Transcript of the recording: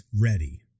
ready